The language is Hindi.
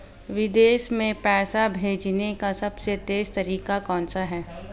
विदेश में पैसा भेजने का सबसे तेज़ तरीका कौनसा है?